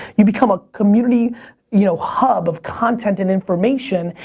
you become a community you know hub of content and information,